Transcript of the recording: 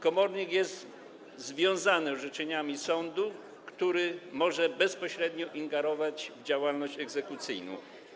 Komornik jest związany orzeczeniami sądu, który może bezpośrednio ingerować w działalność egzekucyjną.